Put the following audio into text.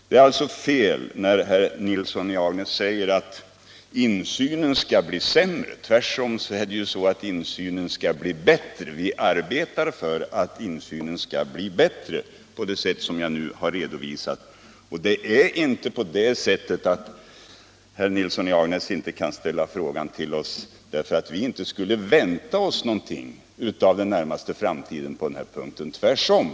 Det är alltså fel när herr Nilsson i Agnäs påstår att insynen skall bli sämre. Tvärtom arbetar vi för att insynen skall bli bättre på det sätt som nu har redovisats. Och det är inte så att herr Nilsson inte kan ställa frågor till oss därför att vi inte skulle vänta oss någonting av den närmaste framtiden när det gäller förbättringar av djurskyddet.